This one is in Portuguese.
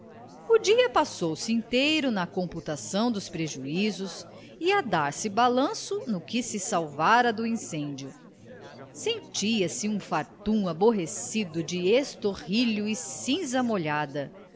dia passou-se inteiro na computação dos prejuízos e a dar-se balanço no que se salvara do incêndio sentia-se um fartum aborrecido de estorrilho e cinza molhada